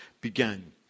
began